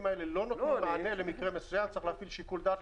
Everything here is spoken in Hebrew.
האלה לא נותנים מענה צריך להפעיל שיקול דעת.